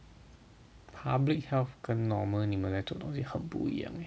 public health 跟 normal 你们那种东西很不一样 leh